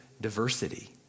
diversity